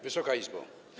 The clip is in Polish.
Wysoka Izbo!